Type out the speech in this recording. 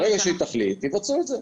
ברגע שהיא תחליט יבצעו את זה.